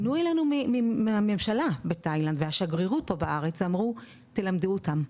פנו אלינו מהממשלה בתאילנד והשגרירות פה בארץ ואמרו 'תלמדו אותם,